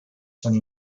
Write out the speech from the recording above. sono